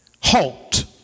Halt